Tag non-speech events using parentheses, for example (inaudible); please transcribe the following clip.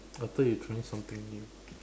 (noise) I thought you trying something new